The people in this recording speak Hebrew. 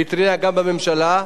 והתריע גם בממשלה.